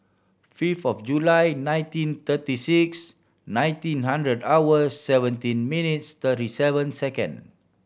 five of July nineteen thirty six nineteen hunderd hours seventeen minutes thirty seven second